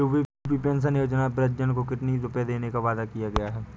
UP pension योजना में वृद्धजन को कितनी रूपये देने का वादा किया गया है?